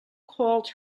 called